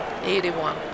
Eighty-one